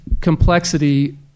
complexity